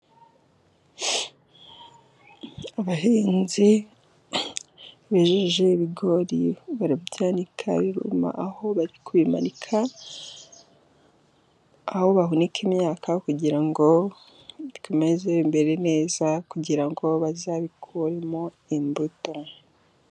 Abahinzi bejeje ibigori barabyanika biruma, aho bari kumanika ,aho bahunika imyaka kugira ngo ikomeze imere neza, kugirango bazabikuremo imbuto.